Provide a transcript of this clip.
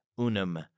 unum